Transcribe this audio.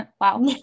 wow